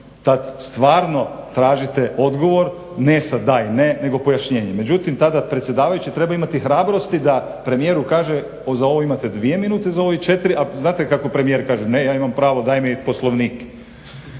tad stvarno tražite odgovor ne sa da i ne, nego pojašnjenje. Međutim, tada predsjedavajući treba imati hrabrosti da premijeru kaže za ovo imate dvije minute, za ovo četiri. A znate kako premijer kaže ne ja imam pravo, daj mi Poslovnik.